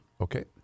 Okay